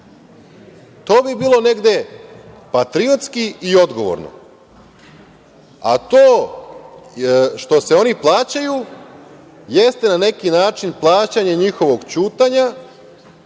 To bi bilo negde patriotski i odgovorno. To, što se oni plaćaju, jeste na neki način plaćanje njihovog ćutanja